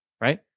right